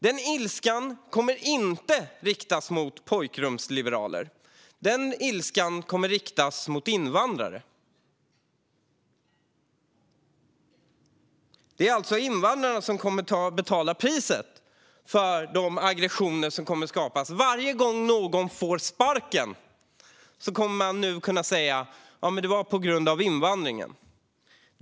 Denna ilska kommer inte att riktas mot pojkrumsliberaler, utan den kommer att riktas mot invandrare. Det är alltså invandrare som kommer att betala priset för de aggressioner som skapas. Varje gång någon får sparken kommer man nu att kunna säga: "Det var på grund av invandringen."